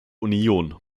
union